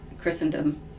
Christendom